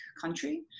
country